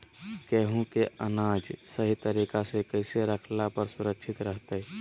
गेहूं के अनाज सही तरीका से कैसे रखला पर सुरक्षित रहतय?